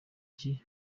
gihugu